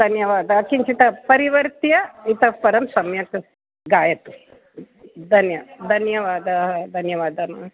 धन्यवादः किञ्चित् परिवर्त्य इतः परं सम्यक् गायतु धन्य धन्यवादः धन्यवादः